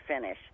finish